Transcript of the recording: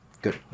Good